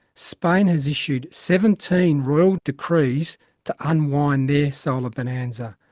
spain has issued seventeen royal decrees to unwind their solar bonanza.